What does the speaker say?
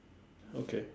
okay